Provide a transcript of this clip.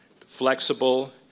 flexible